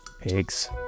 pigs